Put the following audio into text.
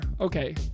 okay